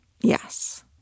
Yes